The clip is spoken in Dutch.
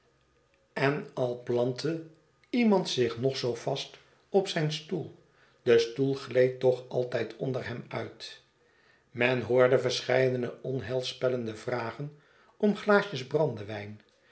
en al plantte iemand zich nog zoo vast op zijn stoel de stoel gleed toch alt ij d onder hem uit men hoorde verscheidene onheilspellende vragen om glaasjes brandewijn